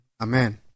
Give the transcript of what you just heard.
Amen